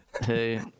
Hey